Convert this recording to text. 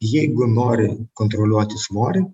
jeigu nori kontroliuoti svorį